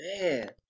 Man